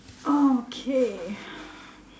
okay